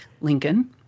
Lincoln